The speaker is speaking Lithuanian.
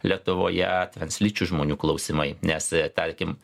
lietuvoje translyčių žmonių klausimai nes tarkim